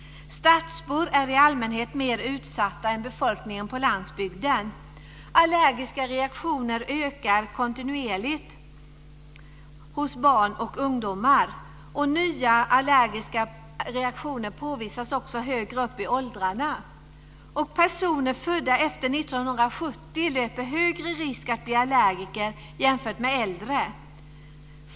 Stadsbor är i allmänhet mer utsatta än befolkningen på landsbygden. Allergiska reaktioner ökar kontinuerligt hos barn och ungdomar. Nya allergiska reaktioner påvisas även högre upp i åldrarna. Personer födda efter 1970 löper högre risk att bli allergiker än vad äldre gör.